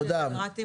תודה רון.